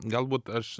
galbūt aš